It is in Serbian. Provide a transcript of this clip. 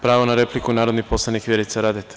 Pravo na repliku, narodni poslanik Vjerica Radeta.